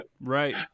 Right